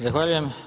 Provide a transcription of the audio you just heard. Zahvaljujem.